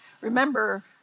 Remember